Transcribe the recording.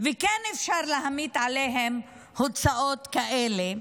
וכן אפשר להשית עליהם הוצאות כאלה,